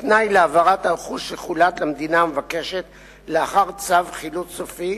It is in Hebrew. כתנאי להעברת הרכוש שחולט למדינה המבקשת לאחר צו חילוט סופי,